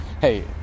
Hey